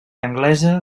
anglesa